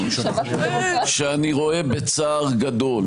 שאני רואה בצער גדול